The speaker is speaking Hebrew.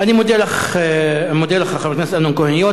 אני מודה לך, חבר הכנסת אמנון כהן.